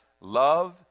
Love